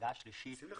קצת